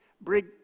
bring